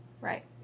Right